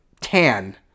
tan